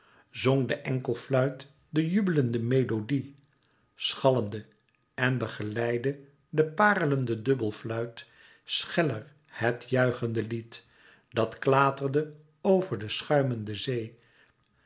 zong de enkelfluit de jubelende melodie schallende en begeleidde de parelende dubbelfluit scheller het juichende lied dat klaterde over de schuimende zee